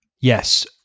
Yes